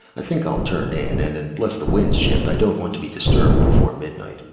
i think i'll turn in, and unless the wind shifts i don't want to be disturbed before midnight.